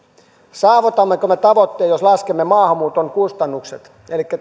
saavutammeko me tavoitteen jos laskemme maahanmuuton kustannukset elikkä